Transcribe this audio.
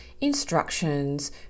instructions